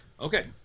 Okay